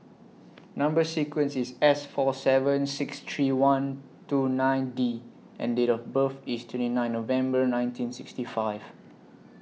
Number sequence IS S four seven six three one two nine D and Date of birth IS twenty nine November nineteen sixty five